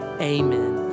Amen